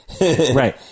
Right